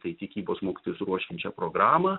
tai tikybos mokytojus ruošiančią programą